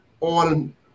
on